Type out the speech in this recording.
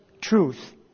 truth